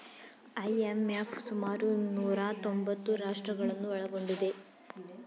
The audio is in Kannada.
ಐ.ಎಂ.ಎಫ್ ಸುಮಾರು ನೂರಾ ತೊಂಬತ್ತು ರಾಷ್ಟ್ರಗಳನ್ನು ಒಳಗೊಂಡಿದೆ